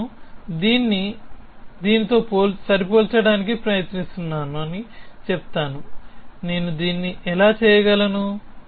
నేను దీన్ని దీనితో సరిపోల్చడానికి ప్రయత్నిస్తున్నానని చెప్తాను నేను దీన్ని ఎలా చేయగలను